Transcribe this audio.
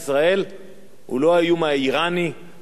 לא האיום האירני ולא מה שמפחידים אותנו,